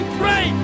pray